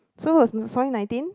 so was nineteen